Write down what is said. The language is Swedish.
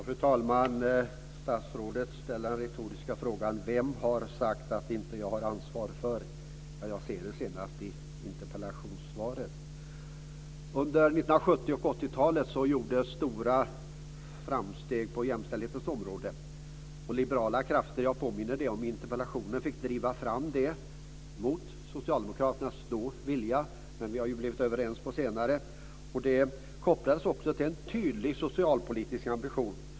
Fru talman! Statsrådet ställde frågan vem som hade sagt att hon inte är ansvarig. Jag har läst det senast i interpellationssvaret. Under 1970 och 80-talen gjordes stora framsteg på jämställdhetens område. Liberala krafter - jag påminde om det i min interpellation - drev fram det mot socialdemokraternas vilja. Men vi har ju blivit överens på senare tid. Det kopplades också till en tydlig socialpolitisk ambition.